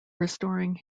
restoring